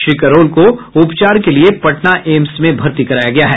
श्री करोल को उपचार के लिए पटना एम्स में भर्ती किया गया है